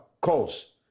calls